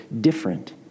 different